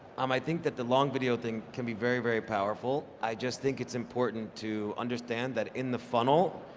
um i think that the long video thing, can be very, very powerful. i just think it's important to understand that in the funnel,